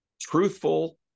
truthful